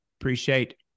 appreciate